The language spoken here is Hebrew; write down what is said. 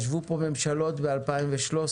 ישבו פה ממשלות ב-2013